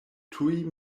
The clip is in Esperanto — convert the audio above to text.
tuj